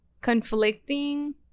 conflicting